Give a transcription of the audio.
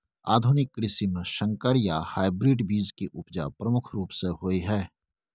आधुनिक कृषि में संकर या हाइब्रिड बीज के उपजा प्रमुख रूप से होय हय